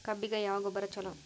ಕಬ್ಬಿಗ ಯಾವ ಗೊಬ್ಬರ ಛಲೋ?